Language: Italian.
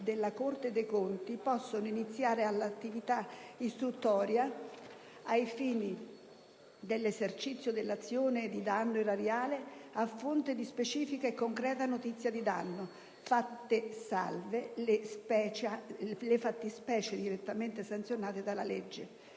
della Corte dei conti possono iniziare l'attività istruttoria ai fini dell'esercizio dell'azione di danno erariale a fronte di specifica e concreta notizia di danno, fatte salve le fattispecie direttamente sanzionate dalla legge».